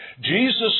Jesus